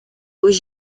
was